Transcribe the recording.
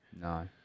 No